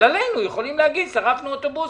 אבל עלינו יכולים להגיד: שרפנו אוטובוסים.